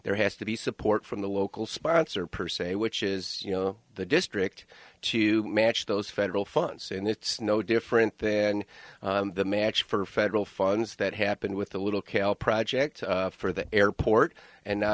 there has to be support from the local sponsor per se which is you know the district to match those federal funds and it's no different than the match for federal funds that happened with the little kale project for the airport and now